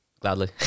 Gladly